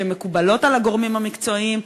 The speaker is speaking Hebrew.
שמקובלות על הגורמים המקצועיים.